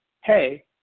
hey